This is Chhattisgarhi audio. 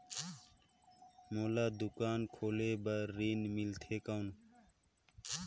मोला दुकान खोले बार ऋण मिलथे कौन?